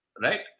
Right